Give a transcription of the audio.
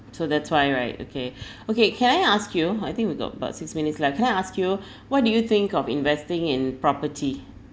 so that's why right okay okay can I ask you I think we got about six minutes left can I ask you why do you think of investing in property